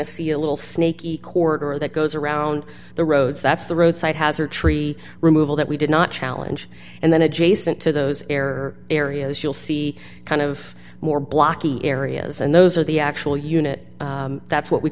of see a little sneaky corridor that goes around the roads that's the road side has or tree removal that we did not challenge and then adjacent to those air areas you'll see kind of more blocky areas and those are the actual unit that's what we